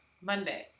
Monday